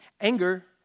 Anger